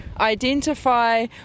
identify